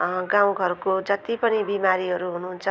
गाउँघरको जति पनि बिमारीहरू हुनुहुन्छ